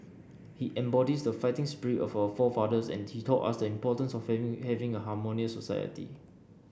he embodies the fighting spirit of our forefathers and he taught us the importance of having a harmonious society